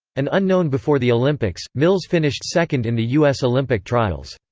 an unknown before the olympics, mills finished second in the u s. olympic trials.